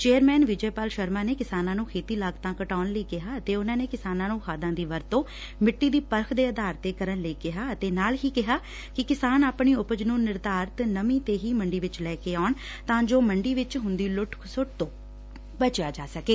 chairman prof Vijay Pal Sharma ਨੇ ਕਿਸਾਨਾਂ ਨੂੰ ਖੇਤੀ ਲਾਗਤਾਂ ਘਟਾਉਣ ਲਈ ਕਿਹਾ ਅਤੇ ਉਨੂਾਂ ਨੇ ਕਿਸਾਨਾਂ ਨੂੰ ਖਾਦਾਂ ਦੀ ਵਰਤੋ ਮਿੱਟੀ ਦੀ ਪਰਖ ਦੇ ਆਧਾਰ ਤੇ ਕਰਨ ਲਈ ਕਿਹਾ ਅਤੇ ਨਾਲ ਹੀ ਕਿਹਾ ਕਿ ਕਿਸਾਨ ਆਪਣੀ ਉਪਜ ਨੂੰ ਨਿਰਧਾਰਤ ਨਮੀ ਤੇ ਹੀ ਮੰਡੀ ਵਿੱਚ ਲੈ ਕੇ ਜਾਣ ਤਾਂ ਜੋ ਮੰਡੀ ਵਿੱਚ ਹੁੰਦੀ ਲੁੱਟ ਖਸੁੱਟ ਤੋ ਬਚਿਆ ਜਾ ਸਕੇ